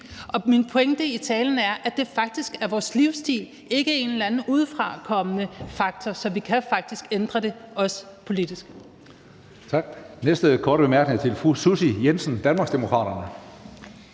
Og min pointe i talen er, at det faktisk er vores livsstil, ikke en eller anden udefrakommende faktor, så vi kan faktisk ændre det, også politisk.